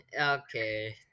Okay